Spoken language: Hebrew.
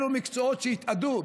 אלה מקצועות שהתאדו.